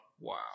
Wow